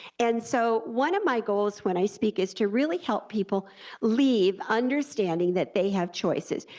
and so one of my goals when i speak is to really help people leave understanding that they have choices.